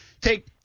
take